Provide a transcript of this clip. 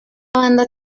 banda